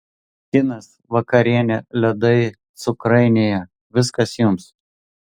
kinas vakarienė ledai cukrainėje viskas jums